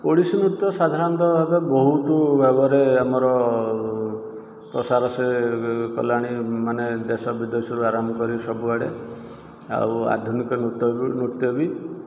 ଓଡ଼ିଶୀ ନୃତ୍ୟ ସାଧାରଣତଃ ଭାବେ ବହୁତ ଭାବରେ ଆମର ପ୍ରସାର ସେ କଲାଣି ମାନେ ଦେଶ ବିଦେଶରୁ ଆରମ୍ଭ କରି ସବୁଆଡ଼େ ଆଉ ଆଧୁନିକ ନୃତ୍ୟ ନୃତ୍ୟ ବି